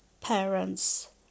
parents